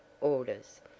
orders